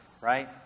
right